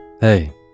Hey